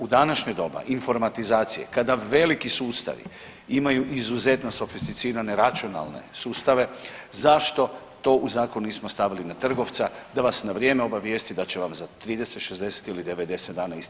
U današnje doba informatizacije kada veliki sustavi imaju izuzetno sofisticirane računalne sustave zašto to u zakon nismo stavili na trgovaca da vas na vrijeme obavijesti da će vam za 30, 60 ili 90 dana isteći ugovor?